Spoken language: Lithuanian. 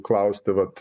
klausti vat